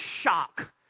shock